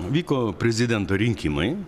vyko prezidento rinkimai